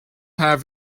have